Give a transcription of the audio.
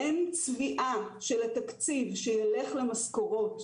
אין צביעה של התקציב שיילך למשכורות.